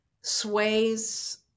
sways